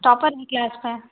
topper भी class का